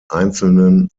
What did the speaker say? einzelnen